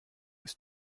ist